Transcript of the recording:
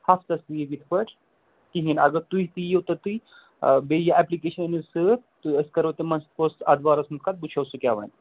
ہَفتٕس لیٖو یِتھ پٲٹھۍ کِہیٖنۍ اگر تُہۍ تہِ یِیو توٚتٕے بیٚیہِ یہِ اٮ۪پلِکیشَن أنِو سۭتۍ تہٕ أسۍ کَرو تِمَن سۭتۍ پوٚتٕس اَتھ بارَس منٛز کَتھ وٕچھو سُہ کیٛاہ وَنہِ